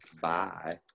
Bye